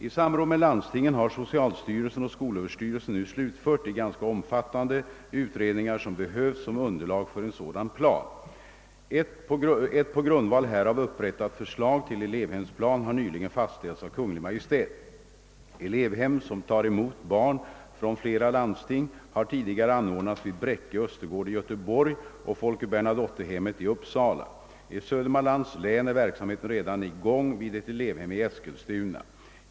I samråd med landstingen har socialstyrelsen och skolöverstyrelsen nu slutfört de ganska omfattande utredningar som behövs som underlag för en sådan plan. Ett på grundval härav upprättat förslag till elevhemsplan har nyligen fastställts av Kungl. Maj:t. landsting har tidigare anordnats vid Bräcke Östergård i Göteborg och Folke Bernadottehemmet i Uppsala. I Södermanlands län är verksamheten redan i gång vid ett elevhem i Eskilstuna.